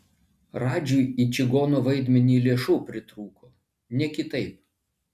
radžiui į čigono vaidmenį lėšų pritrūko ne kitaip